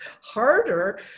harder